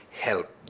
help